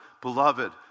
beloved